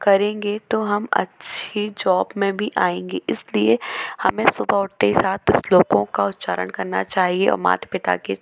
करेंगे तो हम अच्छी जौब में भी आएंगे इसलिए हमें सुबह उठने के साथ श्लोकों का उच्चारण करना चाहिए और मात पिता के